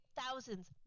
thousands